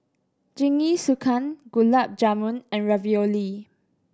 Jingisukan Gulab Jamun and Ravioli